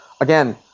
Again